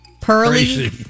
pearly